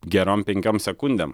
gerom penkiom sekundėm